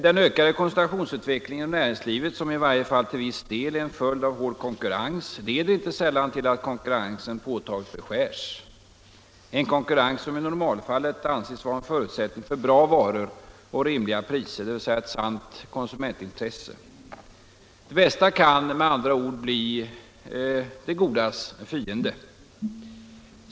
Den ökade koncentrationsutvecklingen inom näringslivet, som i varje fall till viss del är en följd av en hård konkurrens, leder inte sällan till att konkurrensen påtagligt beskärs, en konkurrens som i normalfallet anses vara en förutsättning för bra varor och rimliga priser, dvs. ett sant konsumentintresse. Det bästa kan, med andra ord, bli det godas fiende.